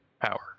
power